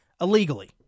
illegally